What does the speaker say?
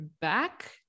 back